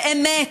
זה אמת,